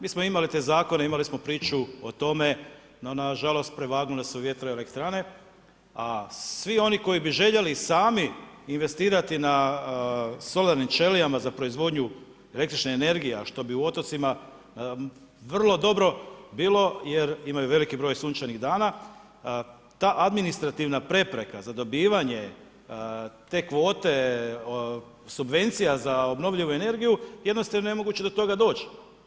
Mi smo imali te zakone, imali smo priču o tome no nažalost prevagnule vjetroelektrane a svi koji bi željeli sami investirati na solarnim ćelijama za proizvodnju električne energije a što bi otocima vrlo dobro bilo jer imaju veliki broj sunčanih dana, ta administrativna prepreka za dobivanje te kvote subvencija za obnovljivu energiju, jednostavno je nemoguće do toga doć.